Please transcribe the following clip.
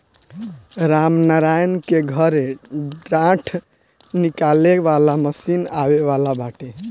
रामनारायण के घरे डाँठ निकाले वाला मशीन आवे वाला बाटे